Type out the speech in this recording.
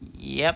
ya